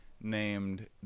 named